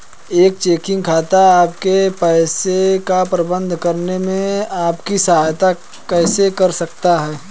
एक चेकिंग खाता आपके पैसे का प्रबंधन करने में आपकी सहायता कैसे कर सकता है?